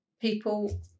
people